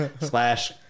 slash